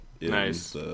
Nice